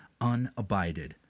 unabided